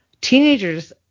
Teenagers